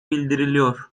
bildiriliyor